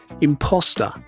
Imposter